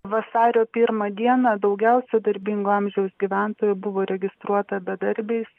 vasario pirmą dieną daugiausia darbingo amžiaus gyventojų buvo registruota bedarbiais